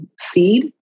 seed